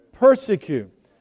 persecute